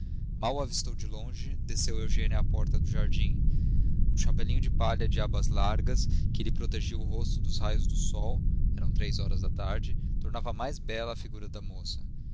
o avistou de longe desceu eugênia à porta do jardim o chapelinho de palha de abas largas que lhe protegia o rosto dos raios do sol eram três horas da tarde tornava mais bela a figura da moça